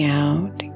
out